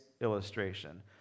illustration